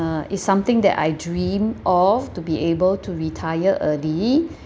uh it's something that I dream of to be able to retire early